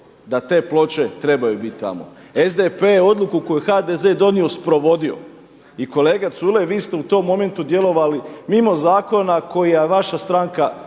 da te ploče trebaju biti tamo, SDP je odluku koju je HDZ donio sprovodio. I kolega Culej vi ste u tom momentu djelovali mimo zakona koji je vaša stranka